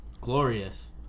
glorious